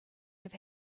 have